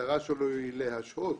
שהמטרה שלו היא להשעות,